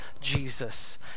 Jesus